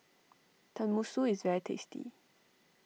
Tenmusu is very tasty